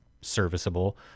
serviceable